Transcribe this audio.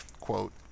quote